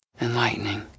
enlightening